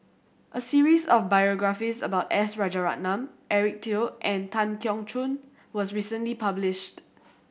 a series of biographies about S Rajaratnam Eric Teo and Tan Keong Choon was recently published